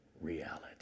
reality